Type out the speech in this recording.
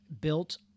built